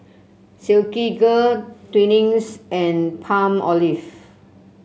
Silkygirl Twinings and Palmolive